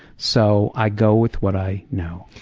so i go with what i know.